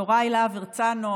יוראי להב הרצנו,